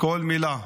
כל מילה,